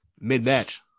mid-match